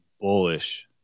bullish